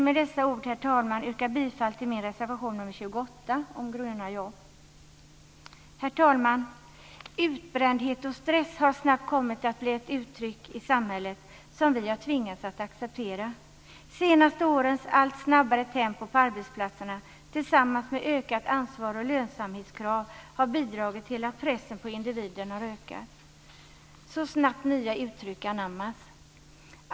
Med dessa ord, herr talman, vill jag yrka bifall till min reservation nr 28 om gröna jobb. Herr talman! Utbrändhet och stress har snabbt kommit att bli uttryck i samhället som vi har tvingats acceptera. De senaste årens allt snabbare tempo på arbetsplatserna, tillsammans med ökat ansvar och lönsamhetskrav, har bidragit till att pressen på individen har ökat. Så snabbt nya uttryck anammas!